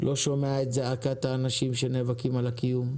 לא שומע את זעקת האנשים שנאבקים על הקיום.